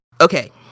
okay